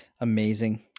Amazing